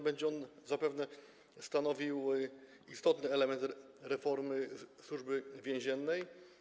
Będzie on zapewne stanowił istotny element reformy Służby Więziennej.